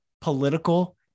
political